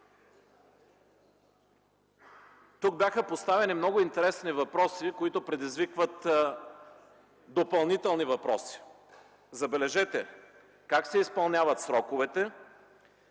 Тук бяха поставени много интересни въпроси, които предизвикват допълнителни въпроси: „Как се изпълняват сроковете?”,